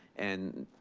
and